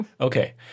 Okay